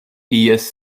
ies